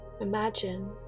Imagine